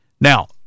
Now